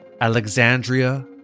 Alexandria